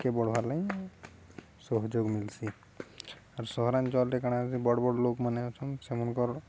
ବଢ଼ବାର୍ ଲାଗି ସହଯୋଗ ମିଲ୍ସି ଆର୍ ସହରାଞ୍ଚଳରେ କାଣା ବଡ଼ ବଡ଼ ଲୋକମାନେ ଅଛନ୍ ସେମାନଙ୍କର